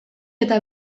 eta